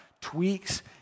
tweaks